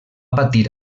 patir